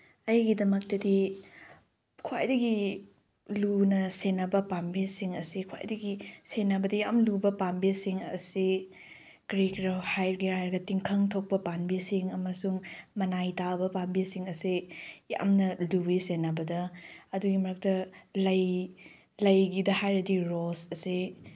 ꯑꯩꯒꯤꯗꯃꯛꯇꯗꯤ ꯈ꯭ꯋꯥꯏꯗꯒꯤ ꯂꯨꯅ ꯁꯦꯟꯅꯕ ꯄꯥꯝꯕꯤꯁꯤꯡ ꯑꯁꯤ ꯈ꯭ꯋꯥꯏꯗꯒꯤ ꯁꯦꯟꯅꯕꯗ ꯂꯨꯕ ꯄꯥꯝꯕꯤꯁꯤꯡ ꯑꯁꯤ ꯀꯔꯤꯒꯤꯔꯣ ꯍꯥꯏꯒꯦꯔꯥ ꯍꯥꯏꯔꯒ ꯇꯤꯡꯈꯪ ꯊꯣꯛꯄ ꯄꯥꯝꯕꯤꯁꯤꯡ ꯑꯃꯁꯨꯡ ꯃꯅꯥꯏ ꯇꯥꯕ ꯄꯥꯝꯕꯤꯁꯤꯡ ꯑꯁꯦ ꯌꯥꯝꯅ ꯂꯨꯏꯌꯦ ꯁꯦꯟꯅꯕꯗ ꯑꯗꯨꯒꯤ ꯃꯔꯛꯇ ꯂꯩ ꯂꯩꯒꯤꯗ ꯍꯥꯏꯔꯗꯤ ꯔꯣꯁ ꯑꯁꯤ